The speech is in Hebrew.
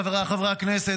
חבריי חברי הכנסת,